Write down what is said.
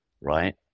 right